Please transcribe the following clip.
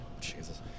Jesus